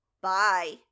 Bye